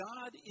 God